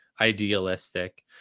idealistic